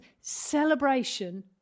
celebration